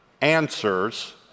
answers